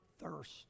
thirst